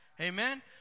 Amen